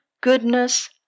goodness